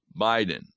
Biden